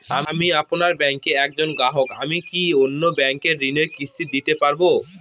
আমি আপনার ব্যাঙ্কের একজন গ্রাহক আমি কি অন্য ব্যাঙ্কে ঋণের কিস্তি দিতে পারবো?